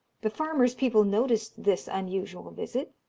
the farmer's people noticed this unusual visit,